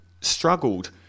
struggled